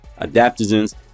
adaptogens